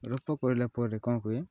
rope କଲା ପରେ କ'ଣ ହୁଏ